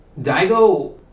Daigo